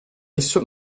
esso